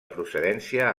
procedència